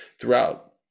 throughout